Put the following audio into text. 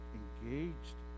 engaged